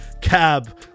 Cab